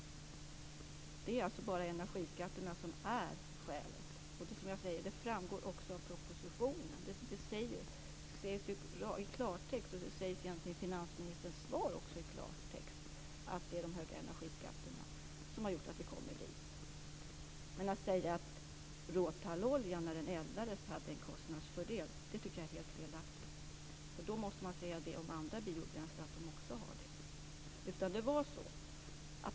Det är alltså bara energiskatterna som är skälet. Det framgår också av propositionen, och det sägs i klartext i finansministerns svar, att det är de höga energiskatterna som har gjort att vi kommit dit. Att säga att råtalloljan hade en kostnadsfördel när den eldades är helt felaktigt. Då måste man säga att andra biobränslen också har det.